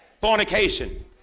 fornication